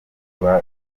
rwa